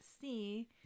see